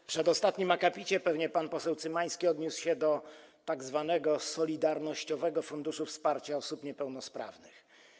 W przedostatnim akapicie pan poseł Cymański odniósł się pewnie do tzw. Solidarnościowego Funduszu Wsparcia Osób Niepełnosprawnych.